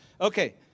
Okay